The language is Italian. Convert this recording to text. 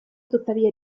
tuttavia